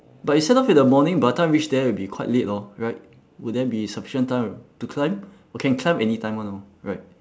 but you set off in the morning by the time reach there will be quite late hor right would there be sufficient time to to climb oh can climb any time [one] hor right